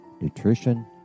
nutrition